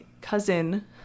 cousin